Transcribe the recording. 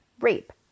rape